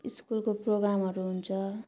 स्कुलको प्रोग्रामहरू हुन्छ